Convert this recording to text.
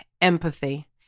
empathy